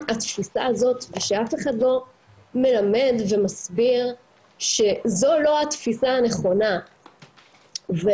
עצם התשובה הזאת ושאף אחד לא מלמד ומסביר שזו לא התפיסה הנכונה והחוסר